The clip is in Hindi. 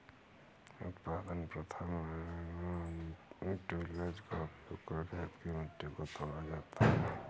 उत्पादन प्रथा में टिलेज़ का उपयोग कर खेत की मिट्टी को तोड़ा जाता है